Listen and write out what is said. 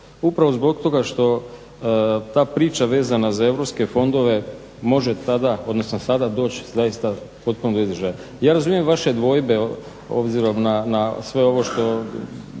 upravo zbog toga što ta priča vezana za europske fondove može tada, odnosno sada doći zaista potpuno do izražaja. Ja razumijem vaše dvojbe obzirom na sve ovo što